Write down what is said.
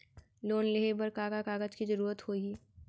Loan लेहे बर का का कागज के जरूरत होही?